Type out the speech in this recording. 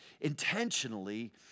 intentionally